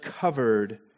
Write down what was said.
covered